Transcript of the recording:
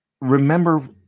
remember